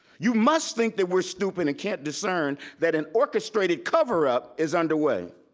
you must think that we're stupid and can't discern that an orchestrated cover up is underway,